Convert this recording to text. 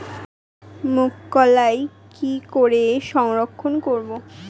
মুঘ কলাই কি করে সংরক্ষণ করব?